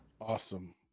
Awesome